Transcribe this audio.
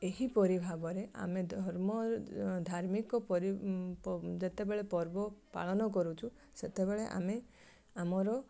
ଏହିପରି ଭାବରେ ଆମେ ଧର୍ମ ଧାର୍ମିକ ପରି ଯେତେବେଳେ ପର୍ବ ପାଳନ କରୁଛୁ ସେତେବେଳେ ଆମେ ଆମର